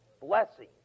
blessing